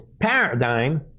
paradigm